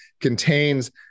contains